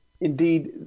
indeed